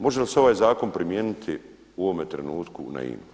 Može li se ovaj zakon primijeniti u ovome trenutku na INA-u?